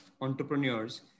entrepreneurs